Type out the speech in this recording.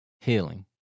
healing